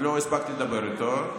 עוד לא הספקתי לדבר איתו.